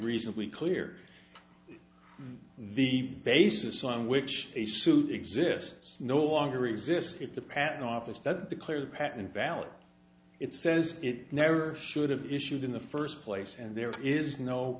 reasonably clear the basis on which a suit exists no longer exists if the patent office doesn't clear the patent valor it says it never should have issued in the first place and there is no